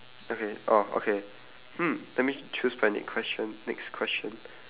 okay orh okay hmm let me choose my next question next question